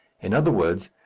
in other words,